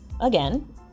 again